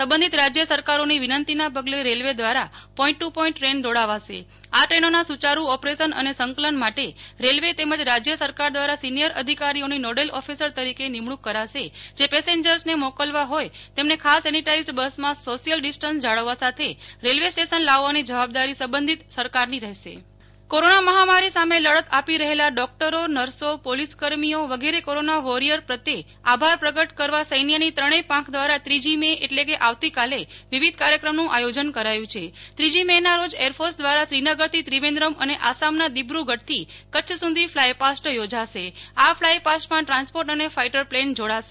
સંબંધિત રાજય સરકારોની વિનંતીના પગલે રેલ્વે દ્રારા પોઈન્ટ ટુ પોઈન્ટ દ્રેન દોડાવાશે આ ટ્રેનોના સુ યારૂ ઓપરેશન અને સંકલન માટે રેલ્વે તેમજ રજ્જય સરકાર દ્રારા સિનિયર અધિકારીઓની નોડેલ ઓફિસર તરીકે નિમણુંક કરાશે જે પેસેન્જરને મોકલવાના હોય તેમને ખાસ સેનિટાઈઝડ બસમાં સોસિયલ ડિસ્ટન્સ જાળવવા સાથે રેલ્વે સ્ટેશન લાવવાની જવાબદારી સંબંધિત સરકારની રહેશે નેહ્લ ઠક્કર સૈન્ય દ્રારા ફલ્યાપાસ્ટ કોરોના મહામારી સામે લડત આપી રહેલા ડોક્ટરો નર્સો પોલીસ કર્મીઓ વગેરે કોરોના વોરિયર પ્રત્યે આભાર પ્રગટ કરવા સૈન્યની ત્રણેય પાંખ દ્રારા ત્રીજી મે એટલે કે આવતીકાલે વિવિધ કાર્યક્રમોનું આયોજન કરાયુ છે ત્રીજી મેના રોજ એરફોર્સ દ્રાર શ્રીનગર થી ત્રિવેન્દ્રમ અને આસામના દિબ્રુગઢથી કચ્છ સુ ધી ફ્લાયપાસ્ટ યોજાશે આ ફલાયપાસ્ટમાં ટ્રાન્સપોર્ટઅને ફાઈટર પ્લેન જોડાસે